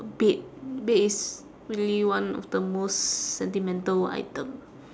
bed bed is really one of the most sentimental item